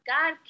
God